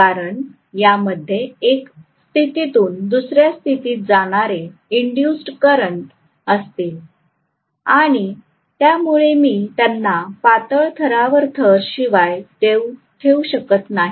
कारण यामध्येही एका स्थितीतून दुस या स्थितीत जाणारे इंडूज्ड करंट असतील आणि त्यामुळे मी त्यांना पातळ थरावर थर शिवाय ठेवू शकत नाही